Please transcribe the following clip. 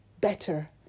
better